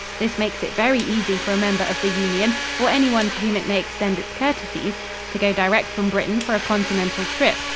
this makes it very easy for a member of the union or anyone to whom it may extend its courtesies to go direct from britain for a continental trip,